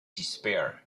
despair